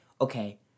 Okay